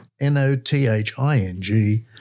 N-O-T-H-I-N-G